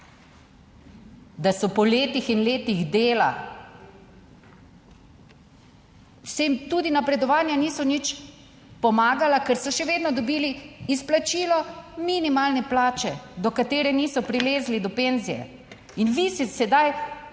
Da so po letih in letih dela, saj jim tudi napredovanja niso nič pomagala, ker so še vedno dobili izplačilo minimalne plače, do katere niso prilezli, do penzije. In vi si sedaj